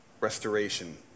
Restoration